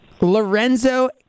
Lorenzo